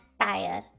tire